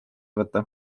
võtta